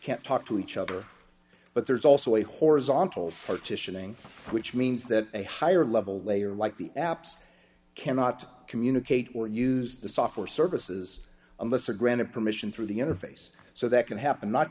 can't talk to each other but there's also a horizontal partitioning which means that a higher level layer like the apps cannot communicate or use the software services unless are granted permission through the interface so that can happen not